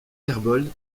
gerbold